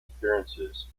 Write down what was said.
appearances